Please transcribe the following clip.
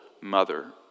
mother